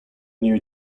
new